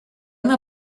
una